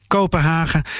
Kopenhagen